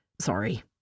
Sorry